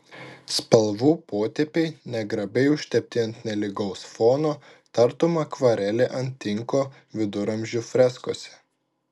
spalvų potėpiai negrabiai užtepti ant nelygaus fono tartum akvarelė ant tinko viduramžių freskose